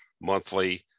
monthly